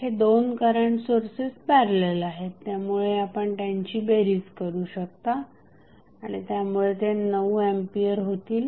हे दोन current sources parallel आहेत त्यामुळे आपण त्यांची बेरीज करू शकता आणि त्यामुळे ते 9 एंपियर होतील